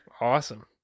Awesome